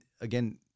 again